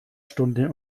stunde